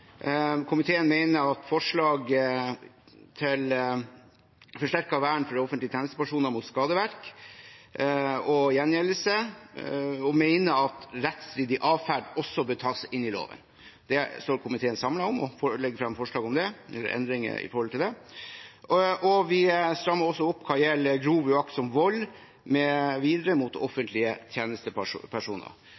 Komiteen mener når det gjelder forslaget til forsterket vern for offentlige tjenestepersoner mot skadeverk og gjengjeldelser, at «rettsstridig adferd» også bør tas inn i loven. Komiteen står samlet om dette og legger frem forslag om endringer. Vi strammer også opp det som gjelder grov og uaktsom vold mv. mot